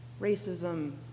Racism